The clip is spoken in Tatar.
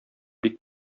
бик